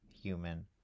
Human